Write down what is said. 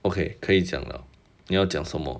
okay 可以讲了你要讲什么